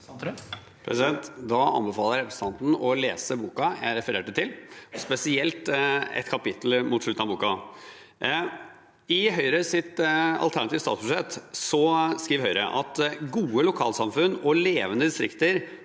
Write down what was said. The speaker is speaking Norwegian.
Da anbefaler jeg representanten å lese boka jeg refererte til, spesielt et kapittel mot slutten av boka. I Høyres alternative statsbudsjett skriver Høyre at gode lokalsamfunn og levende distrikter